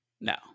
No